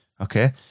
Okay